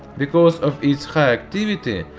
because of its high activity,